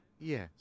Yes